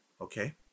okay